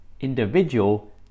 individual